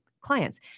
clients